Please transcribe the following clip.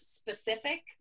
specific